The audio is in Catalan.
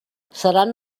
seran